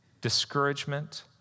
discouragement